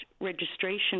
registration